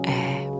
air